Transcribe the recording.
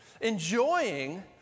enjoying